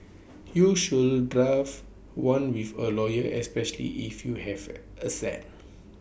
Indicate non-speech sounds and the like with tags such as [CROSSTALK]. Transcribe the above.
you should draft one with A lawyer especially if you have [HESITATION] assets